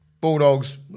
Bulldogs